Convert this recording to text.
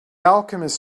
alchemists